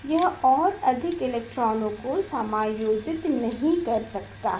यह और अधिक इलेक्ट्रॉनों को समायोजित नहीं कर सकता है